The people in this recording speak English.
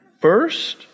first